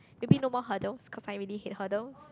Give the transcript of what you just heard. maybe no more hurdles cause I really hate hurdle